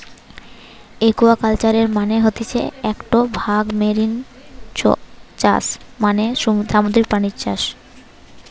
একুয়াকালচারের মানে হতিছে একটো ভাগ মেরিন চাষ মানে সামুদ্রিক প্রাণীদের চাষ